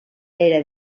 era